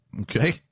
Okay